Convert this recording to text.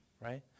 right